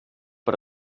per